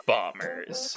Bombers